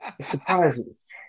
surprises